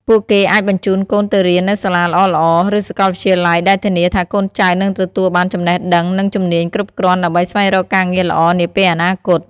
ពួកគេអាចបញ្ជូនកូនទៅរៀននៅសាលាល្អៗ ឬសាកលវិទ្យាល័យ ដែលធានាថាកូនចៅនឹងទទួលបានចំណេះដឹង និងជំនាញគ្រប់គ្រាន់ដើម្បីស្វែងរកការងារល្អនាពេលអនាគត។